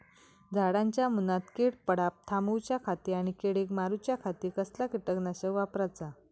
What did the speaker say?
झाडांच्या मूनात कीड पडाप थामाउच्या खाती आणि किडीक मारूच्याखाती कसला किटकनाशक वापराचा?